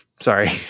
sorry